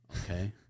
okay